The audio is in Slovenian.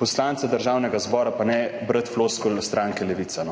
poslance Državnega zbora pa ne brati floskul stranke Levica,